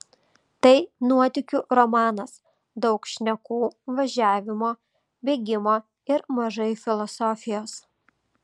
tai nuotykių romanas daug šnekų važiavimo bėgimo ir mažai filosofijos